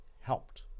helped